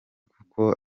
kuko